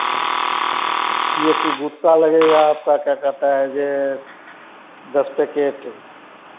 ऐ सी गुतका लगेगा आपका क्या कहता है यह दस तक एट के